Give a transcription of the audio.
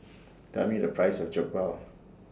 Tell Me The Price of Jokbal